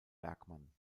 bergmann